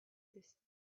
distance